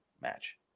match